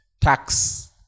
tax